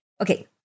Okay